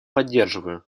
поддерживаю